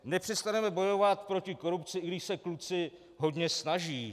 Nepřestaneme bojovat proti korupci, i když se kluci hodně snaží.